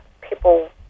people